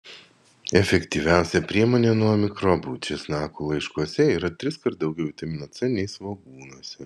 efektyviausia priemonė nuo mikrobų česnakų laiškuose yra triskart daugiau vitamino c nei svogūnuose